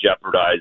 jeopardize